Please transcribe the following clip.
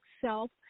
self